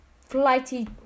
flighty